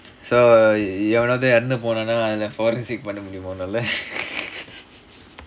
so எவனாவது இறந்து போனா:evanaavathu iranthu ponaa forensic பண்ண முடியுமா உன்னால:panna mudiyumaa unnala